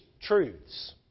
truths